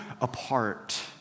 apart